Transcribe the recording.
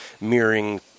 mirroring